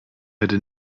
werde